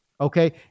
Okay